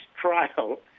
trial